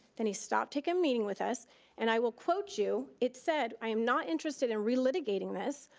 then he stopped taking a meeting with us and i will quote you, it said, i am not interested in relitigating this.